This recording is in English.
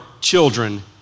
children